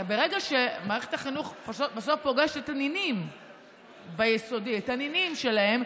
מערכת החינוך בסוף פוגשת ביסודי את הנינים שלהם,